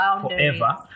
forever